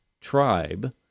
tribe